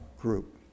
group